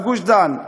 בגוש-דן.